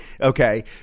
Okay